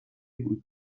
بود